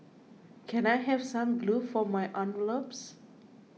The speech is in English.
can I have some glue for my envelopes